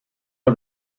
are